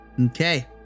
Okay